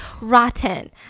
rotten